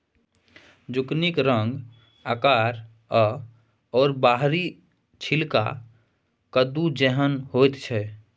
जुकिनीक रंग आकार आओर बाहरी छिलका कद्दू जेहन होइत छै